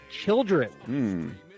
children